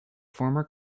former